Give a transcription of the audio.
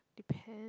depend